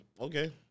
Okay